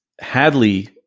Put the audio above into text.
Hadley